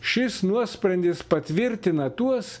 šis nuosprendis patvirtina tuos